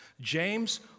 James